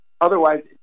otherwise